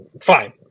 Fine